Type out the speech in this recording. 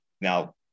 Now